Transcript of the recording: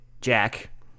Jack